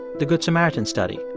the good samaritan study.